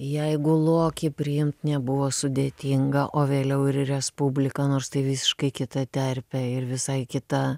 jeigu lokį priimt nebuvo sudėtinga o vėliau ir respubliką nors tai visiškai kita terpė ir visai kita